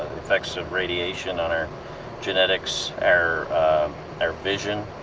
effects of radiation on our genetics, our our vision,